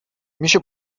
میشه